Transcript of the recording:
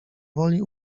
woli